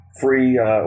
free